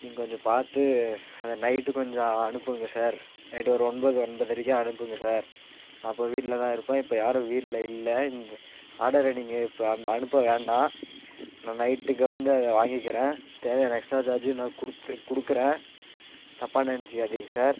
நீங்கள் கொஞ்சம் பார்த்து அதை நைட்டு கொஞ்சம் அனுப்புங்க சார் நைட்டு ஒரு ஒன்பது ஒன்பதரைக்கு அனுப்புங்க சார் நான் அப்போ வீட்டில் தான் இருப்பேன் இப்போ யாரும் வீட்டில் இல்லை இங்கே ஆர்டரை நீங்கள் இப்போ அங்கே அனுப்ப வேண்டாம் நான் நைட்டுக்கு வந்து அதை வாங்கிக்கிறேன் தேவையான எக்ஸ்ட்ரா சார்ஜும் நான் கொடுத்து கொடுக்குறேன் தப்பாக நினச்சிக்காதீங்க சார்